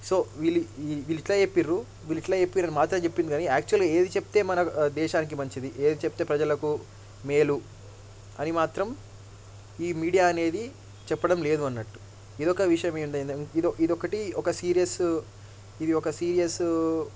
so వీళ్ళు వీళ్ళు ఇట్లా చెప్పిర్రు వీళ్ళు ఇట్లా చెప్పారు అని మాత్రమే చెప్పింది కానీ యాక్చువల్గా ఏది చెప్తే మనకు దేశానికి మంచిది ఏది చెప్తే ప్రజలకు మేలు అని మాత్రం ఈ మీడియా అనేది చెప్పడం లేదు అనట్టు ఇదొక విషయం ఏంది ఇదొ ఇదొకటి ఒక సీరియస్ ఇది ఒక సీరియస్